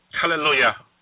hallelujah